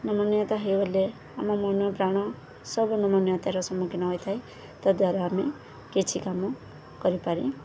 ନମନୀୟତା ହେଇଗଲେ ଆମ ମନ ପ୍ରାଣ ସବୁ ନମନୀୟତାର ସମ୍ମୁଖୀନ ହୋଇଥାଏ ତାଦ୍ୱାରା ଆମେ କିଛି କାମ କରିପାରି ନଥାଉ